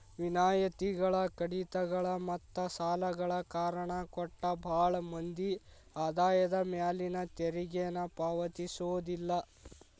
ವಿನಾಯಿತಿಗಳ ಕಡಿತಗಳ ಮತ್ತ ಸಾಲಗಳ ಕಾರಣ ಕೊಟ್ಟ ಭಾಳ್ ಮಂದಿ ಆದಾಯದ ಮ್ಯಾಲಿನ ತೆರಿಗೆನ ಪಾವತಿಸೋದಿಲ್ಲ